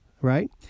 right